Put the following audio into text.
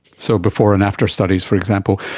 so before and after studies, for example.